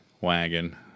wagon